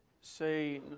say